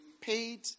paid